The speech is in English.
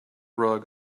rug